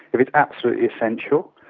if it's absolutely essential,